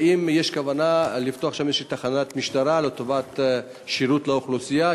האם יש כוונה לפתוח שם תחנת משטרה לטובת שירות לאוכלוסייה,